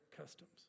customs